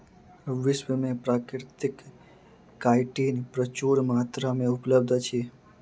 विश्व में प्राकृतिक काइटिन प्रचुर मात्रा में उपलब्ध अछि